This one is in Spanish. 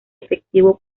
efectivo